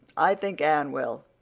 i think anne will.